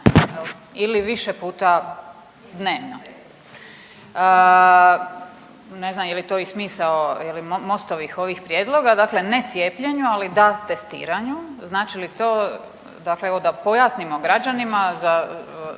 ili više puta dnevno. Ne znam je li to i smisao je li Mostovih ovih prijedloga, dakle ne cijepljenju, ali da testiranju, znači li to, dakle evo da pojasnimo građanima za,